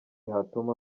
hatuma